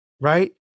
right